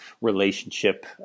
relationship